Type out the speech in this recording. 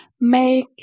make